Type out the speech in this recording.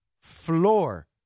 floor